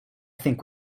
think